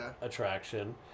attraction